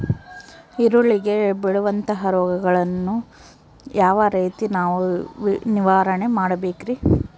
ಈರುಳ್ಳಿಗೆ ಬೇಳುವಂತಹ ರೋಗಗಳನ್ನು ಯಾವ ರೇತಿ ನಾವು ನಿವಾರಣೆ ಮಾಡಬೇಕ್ರಿ?